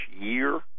year